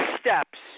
steps